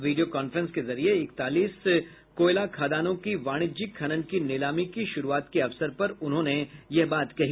video conference के जरिए इक्तालीस कोयला खदानों की वाणिज्यिक खनन की नीलामी की शुरूआत के अवसर पर उन्होंने यह बात कही